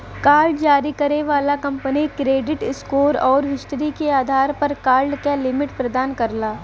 card जारी करे वाला कंपनी क्रेडिट स्कोर आउर हिस्ट्री के आधार पर कार्ड क लिमिट प्रदान करला